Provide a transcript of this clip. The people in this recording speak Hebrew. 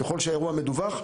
ככל שהאירוע מדווח,